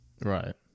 Right